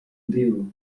deal